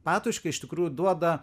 patočka iš tikrųjų duoda